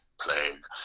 plague